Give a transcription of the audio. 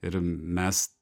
ir mes